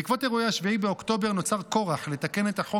בעקבות אירועי 7 באוקטובר נוצר כורח לתקן את החוק